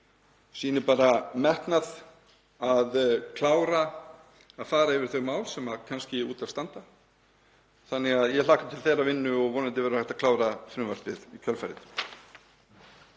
sýnir bara metnað að klára að fara yfir þau mál sem út af standa. Ég hlakka til þeirrar vinnu og vonandi verður hægt að klára frumvarpið í kjölfarið.